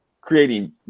creating